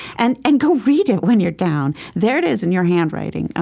and and go read it when you're down. there it is in your handwriting.